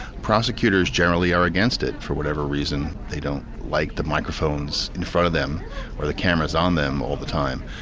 prosecutors generally are against it, for whatever reason, they don't like the microphones in front of them or the cameras on them all the time.